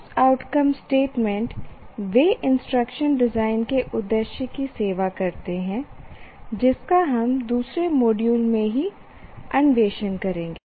course outcome statement वे instruction design के उद्देश्य की सेवा करते हैं जिसका हम दूसरे मॉड्यूल में ही अन्वेषण करेंगे